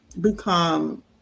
become